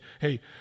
hey